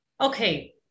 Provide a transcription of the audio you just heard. Okay